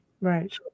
right